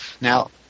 Now